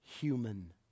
human